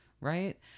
right